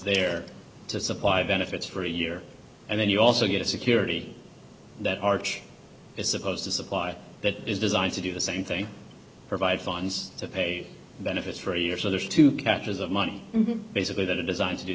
there to supply benefits for a year and then you also get a security that arch is supposed to supply that is designed to do the same thing provide funds to pay benefits for a year so there's two dollars catches of money basically that are designed to do